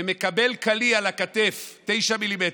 ומקבל קליע לכתף, 9 מ"מ.